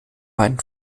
mein